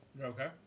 okay